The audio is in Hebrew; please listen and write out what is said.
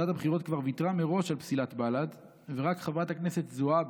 ועדת הבחירות כבר ויתרה מראש על פסילת בל"ד ורק חברת הכנסת זועבי,